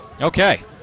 Okay